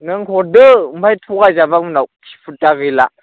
नों हरदो ओमफाय थगायजाबा उनाव खिफुध्दा गैला